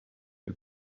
you